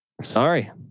Sorry